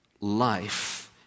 life